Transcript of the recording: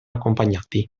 accompagnati